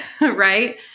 right